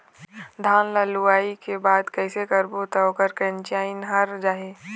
धान ला लुए के बाद कइसे करबो त ओकर कंचीयायिन हर जाही?